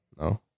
No